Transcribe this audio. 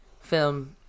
film